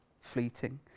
fleeting